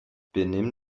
benimm